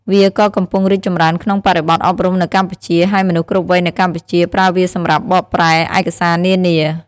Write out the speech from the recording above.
វាក៏កំពុងរីកចម្រើនក្នុងបរិបទអប់រំនៅកម្ពុជា ហើយមនុស្សគ្រប់វ័យនៅកម្ពុជា ប្រើវាសម្រាប់បកប្រែឯកសារនានា។